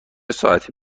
ساعتی